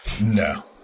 No